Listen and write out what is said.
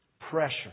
Pressure